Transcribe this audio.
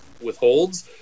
withholds